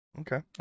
Okay